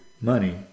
money